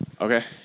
Okay